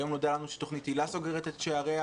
היום נודע לנו שתכנית "היל"ה" סוגרת את שעריה.